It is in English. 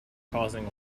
causing